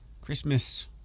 Christmas